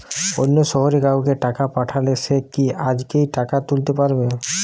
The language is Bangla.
অন্য শহরের কাউকে টাকা পাঠালে সে কি আজকেই টাকা তুলতে পারবে?